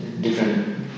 different